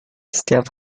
setiap